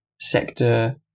sector